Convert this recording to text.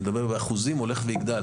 אני מדבר באחוזים ילך ויגדל.